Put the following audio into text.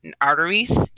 arteries